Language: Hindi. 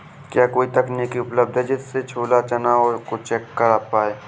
क्या कोई तकनीक उपलब्ध है जिससे हम छोला चना को चेक कर पाए?